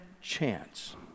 chance